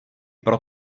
pro